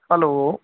hello